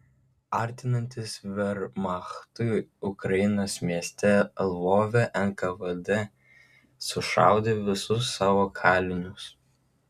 artinantis vermachtui ukrainos mieste lvove nkvd sušaudė visus savo kalinius